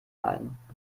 ein